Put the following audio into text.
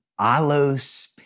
Alos